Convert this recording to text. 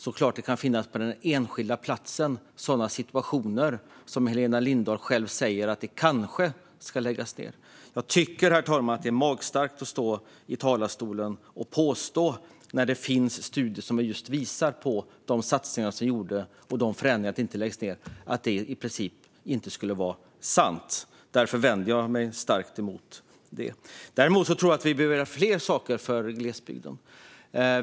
På den enskilda platsen kan det såklart finnas sådana situationer som Helena Lindahl beskriver och att det kanske ska läggas ned där. Herr talman! Jag tycker att det är magstarkt att stå i talarstolen och påstå att det inte skulle vara sant när det finns studier som visar att de satsningar som gjorts har lett till sådana förändringar att det inte läggs ned. Därför vänder jag mig starkt emot det. Däremot tror jag att vi behöver göra fler saker för glesbygden.